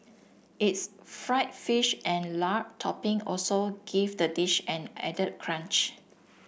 its fried fish and lard topping also give the dish an added crunch